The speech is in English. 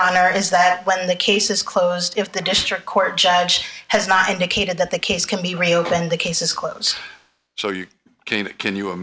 honor is that when the case is closed if the district court judge has not indicated that the case can be reopened the case is close so you can you a